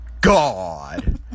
God